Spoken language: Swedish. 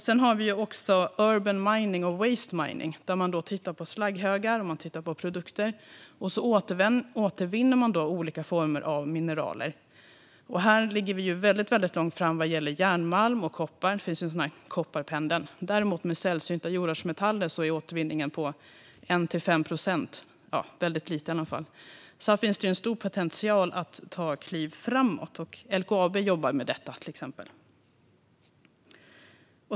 Vi har också urban mining och waste mining, där man tittar på slagghögar och på produkter och sedan återvinner olika former av mineraler. Här ligger vi väldigt långt fram vad gäller järnmalm och koppar. Det finns något som heter Kopparpendeln. När det däremot gäller sällsynta jordartsmetaller är återvinningen på 1-5 procent, vilket är väldigt lite. Här finns det en stor potential att ta kliv framåt. Exempelvis LKAB jobbar med detta.